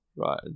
Right